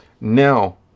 Now